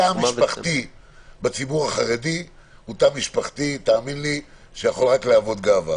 התא המשפחתי בציבור החרדי הוא תא משפחתי שיכול רק להוות גאווה.